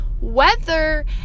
weather